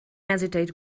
hesitate